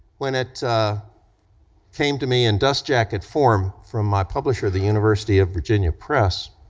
when it came to me in dust jacket form from my publisher, the university of virginia press,